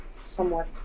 somewhat